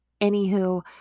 Anywho